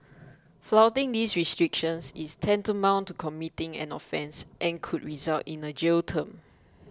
flouting these restrictions is tantamount to committing an offence and could result in a jail term